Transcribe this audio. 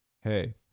hey